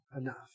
enough